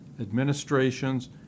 administrations